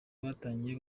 batangiye